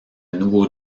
nouveau